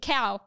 Cow